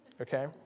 Okay